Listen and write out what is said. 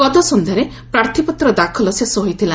ଗତ ସନ୍ଧ୍ୟାରେ ପ୍ରାର୍ଥୀପତ୍ର ଦାଖଲ ଶେଷ ହୋଇଥିଲା